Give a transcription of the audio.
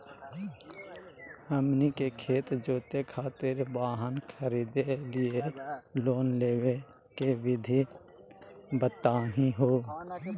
हमनी के खेत जोते खातीर वाहन खरीदे लिये लोन लेवे के विधि बताही हो?